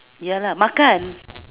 ya lah makan